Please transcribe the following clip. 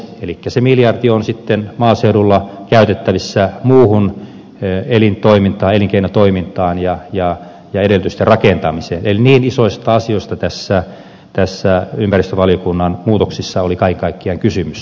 elikkä se miljardi on maaseudulla käytettävissä muuhun elinkeinotoimintaan ja edellytysten rakentamiseen eli niin isoista asioista näissä ympäristövaliokunnan muutoksissa oli kaiken kaikkiaan kysymys